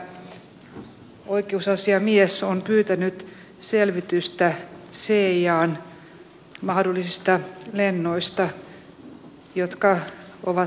kommer utrikesministeriet att kunna förse justitieombudsmannen med de här ytterligare uppgifterna